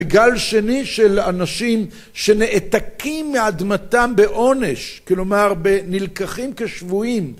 גל שני של אנשים שנעתקים מאדמתם באונש, כלומר, בנלקחים כשבועים.